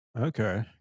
Okay